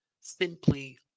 simply